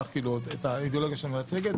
את האידיאולוגיה שאת מייצגת,